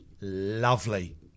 lovely